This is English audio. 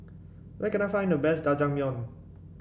where can I find the best Jajangmyeon